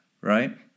right